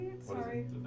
Sorry